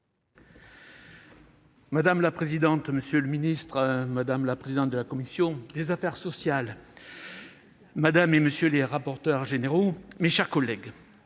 Madame la présidente, monsieur le ministre, monsieur le président de la commission des finances, madame, monsieur les rapporteurs généraux, mes chers collègues,